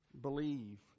Believe